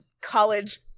college